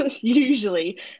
usually